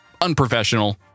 Unprofessional